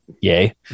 Yay